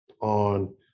on